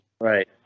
right